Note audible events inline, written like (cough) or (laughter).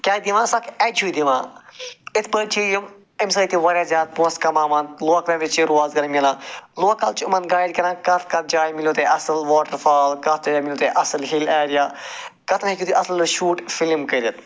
کیٛاہ دِوان سۄ اکھ اٮ۪چ ہیو دِوان اِتھ پٲٹھۍ چھِ یِم ایٚمہِ سۭتۍ تہِ وارِیاہ زیادٕ پونٛسہٕ کماوان (unintelligible) چھِ روزگار مِلان لوکل چھِ یِمن گایڈ کَران کَتھ کَتھ جایہِ مِلو تُہۍ اصٕل واٹرفال کَتھ جایہِ مِلہٕ تُہۍ اصٕل ہِل اٮ۪رِیا کَتن ہیٚکِو تُہۍ اصٕل شوٗٹ فِلم کٔرِتھ